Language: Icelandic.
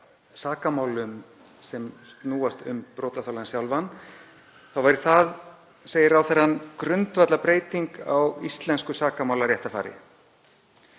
sakamálum sem snúast um brotaþola sjálfa væri það, segir ráðherrann, grundvallarbreyting á íslensku sakamálaréttarfari.